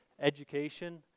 education